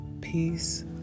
peace